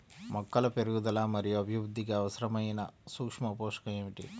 మొక్కల పెరుగుదల మరియు అభివృద్ధికి అవసరమైన సూక్ష్మ పోషకం ఏమిటి?